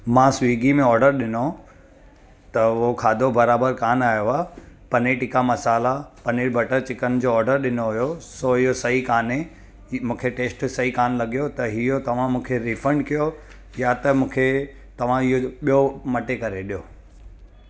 मां स्विगी में ऑडर ॾिनो त उहो खाधो बराबरु कान आयो आहे पनीर टिक्का मसाल्हा पनीर बटर चिकन जो ऑडर ॾिनो हुयो सो इहो सही कान्हे मूंखे टेस्ट सही कान लॻियो त इहो तव्हां मूंखे रीफंड कयो या त मूंखे तव्हां इहो ॿियो मटे करे ॾियो